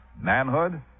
manhood